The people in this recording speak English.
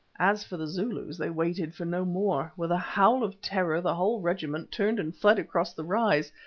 as for the zulus, they waited for no more. with a howl of terror the whole regiment turned and fled across the rise,